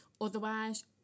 otherwise